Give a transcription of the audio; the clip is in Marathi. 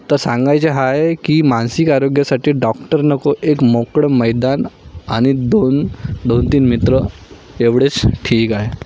तर सांगायचे आहे की मानसिक आरोग्यासाठी डॉक्टर नको एक मोकळं मैदान आणि दोन दोन तीन मित्र एवढेच ठीक आहे